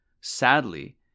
sadly